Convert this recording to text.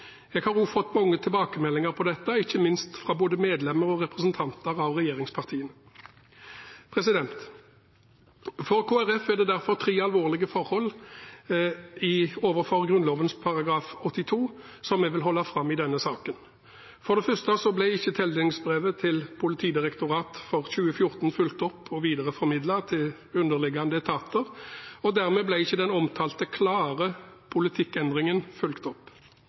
Jeg har også fått mange tilbakemeldinger på dette, ikke minst fra både medlemmer av og representanter for regjeringspartiene. For Kristelig Folkeparti er det derfor tre alvorlige forhold, som vi, med henvisning til Grunnloven § 82, vil holde fram i denne saken: For det første ble ikke tildelingsbrevet til Politidirektoratet for 2014 fulgt opp og videreformidlet til underliggende etater, og dermed ble ikke den omtalte «klare politikkendringen» fulgt opp.